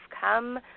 come